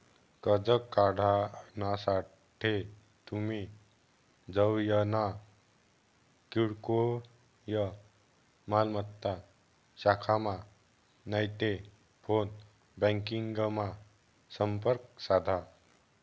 कर्ज काढानासाठे तुमी जवयना किरकोय मालमत्ता शाखामा नैते फोन ब्यांकिंगमा संपर्क साधा